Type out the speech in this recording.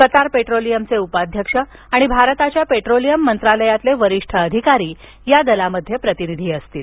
Qatar पेट्रोलियमचे उपाध्यक्ष आणि भारताच्या पेट्रोलियम मंत्रालयातील वरिष्ठ अधिकारी या दलाचे प्रतिनिधी असतील